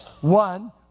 One